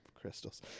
crystals